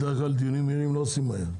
בדרך כלל דיונים מהירים לא עושים מהר.